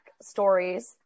stories